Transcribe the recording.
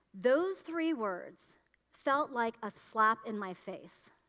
those three words felt like a slap in my face.